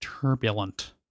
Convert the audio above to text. Turbulent